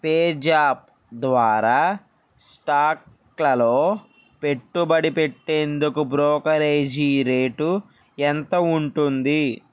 పేజాప్ ద్వారా స్టాక్లలో పెట్టుబడి పెట్టేందుకు బ్రోకరేజీ రేటు ఎంత ఉంటుంది